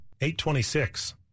826